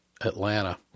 Atlanta